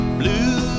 blue